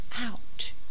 out